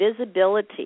visibility